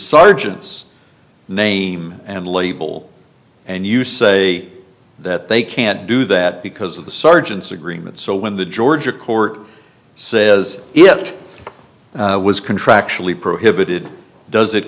sergeant's name and label and you say that they can't do that because of the sergeant's agreement so when the georgia court says it was contractually prohibited does